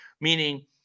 Meaning